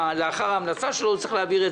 לאחר ההמלצה שלו הוא צריך להעביר את